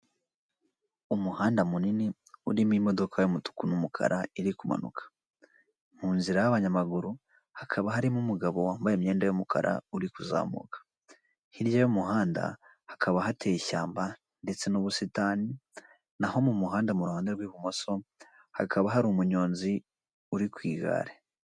Umuhanda munini urimo imodoka y'umutuku n'umukara iri kumanuka, mu nzira y'abanyamaguru hakaba harimo umugabo wambaye imyenda y'umukara uri kuzamuka, hirya y'umuhanda hakaba hateye ishyamba ndetse n'ubusitani, naho mu muhanda mu ruhande rw'ibumoso hakaba hari umunyonzi uri ku igare.